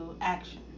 action